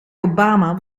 obama